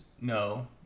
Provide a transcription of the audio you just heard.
No